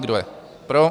Kdo je pro?